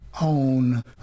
own